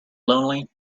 lonely